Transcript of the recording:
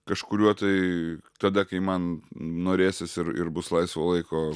kažkuriuo tai tada kai man norėsis ir ir bus laisvo laiko